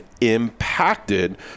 impacted